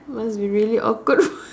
must be really awkward